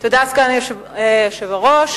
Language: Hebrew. סגן היושב-ראש,